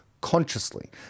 consciously